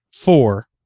four